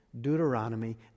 Deuteronomy